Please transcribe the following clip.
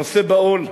נושא בעול,